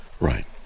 right